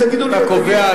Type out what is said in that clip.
קובע,